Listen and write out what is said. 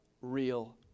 real